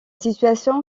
situation